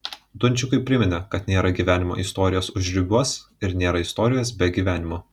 dunčikui priminė kad nėra gyvenimo istorijos užribiuos ir nėra istorijos be gyvenimo